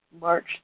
March